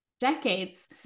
decades